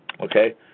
Okay